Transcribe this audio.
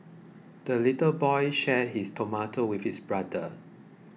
the little boy shared his tomato with his brother